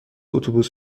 اتوبوس